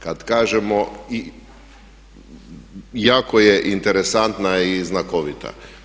Kad kažemo i jako je interesantna i znakovita.